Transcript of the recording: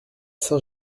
saint